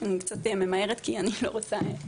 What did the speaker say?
אני קצת ממהרת כי אני לא רוצה לחרוג מהזמן.